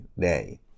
day